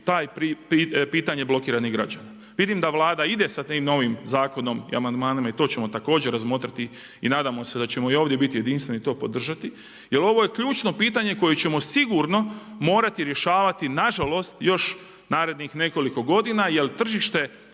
to pitanje blokiranih građana? Vidim da Vlada ide sa tim novim zakonom i amandmanima i to ćemo također razmotriti i nadamo se da ćemo i ovdje biti jedinstveni to podržati jer ovo je ključno pitanje koje ćemo sigurno morati rješavati nažalost još narednih nekoliko godina jer tržište